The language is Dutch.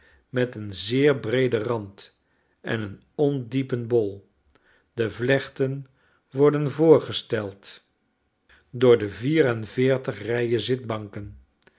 met een zeer breeden rand en een ondiepen bol de vlechten worden voorgesteld door de vier en veertig rijen zitbanken